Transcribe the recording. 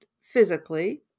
physically